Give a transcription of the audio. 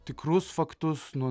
tikrus faktus nuo